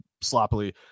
sloppily